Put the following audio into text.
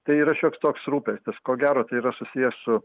tai yra šioks toks rūpestis ko gero tai yra susiję su